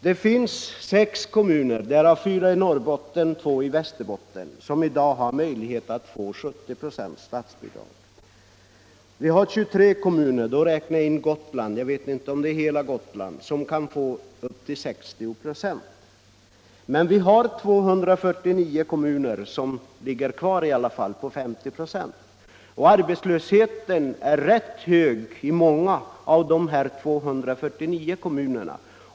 Det finns sex kommuner, varav fyra i Norrbotten och två i Västerbotten, som i dag har möjlighet att få 70 96 i statsbidrag. Vi har 23 kommuner — jag räknar då in Gotland — som kan få upp till 60 926. Men 249 kommuner ligger kvar på 50 26. Arbetslösheten är hög i många av de här 249 kommunerna.